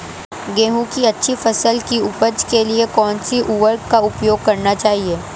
गेहूँ की अच्छी फसल की उपज के लिए कौनसी उर्वरक का प्रयोग करना चाहिए?